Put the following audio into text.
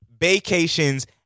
vacations